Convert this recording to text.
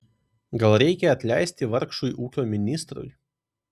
gal reikia atleisti vargšui ūkio ministrui